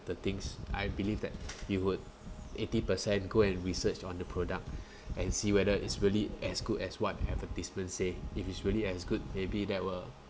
the things I believe that he would eighty percent go and research on the product and see whether is really as good as what advertisement say if it's really as good maybe that will